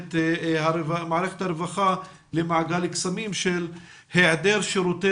מערכת הרווחה למעגל קסמים של היעדר שירותי